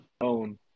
own